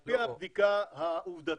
על פי הבדיקה העובדתית,